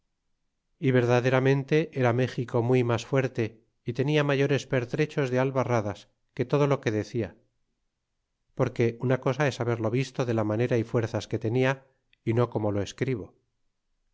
y verdaderamente era méxico muy mas fuerte y tenia mayores pertrechos de albarradas que todo lo que decía porque una cosa es beberlo visto de la manera y fuerzas que tenia y no como lo escribo